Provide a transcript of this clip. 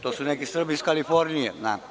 To su neki Srbi iz Kalifornije.